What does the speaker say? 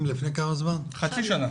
לפני חצי שנה.